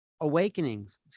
awakenings